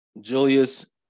Julius